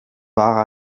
war